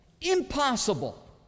impossible